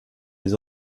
les